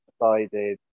decided